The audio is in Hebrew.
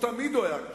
תמיד הוא היה קשה,